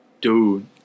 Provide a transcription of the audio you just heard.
Dude